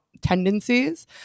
tendencies